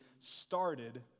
started